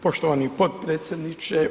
Poštovani potpredsjedniče.